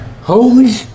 Holy